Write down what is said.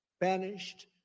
banished